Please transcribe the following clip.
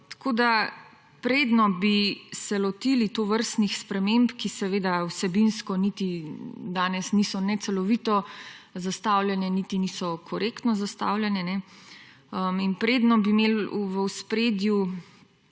Uber. Preden bi se lotili tovrstnih sprememb, ki seveda vsebinsko niti danes niso ne celovito zastavljene, niti niso korektno zastavljene, in preden bi imeli v ospredju